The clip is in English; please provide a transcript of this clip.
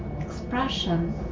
expression